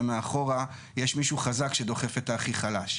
ומאחורה יש מישהו חזק שדוחף את הכי חלש.